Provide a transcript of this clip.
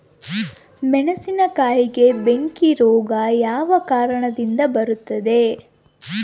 ಮೆಣಸಿನಕಾಯಿಗೆ ಬೆಂಕಿ ರೋಗ ಯಾವ ಕಾರಣದಿಂದ ಬರುತ್ತದೆ?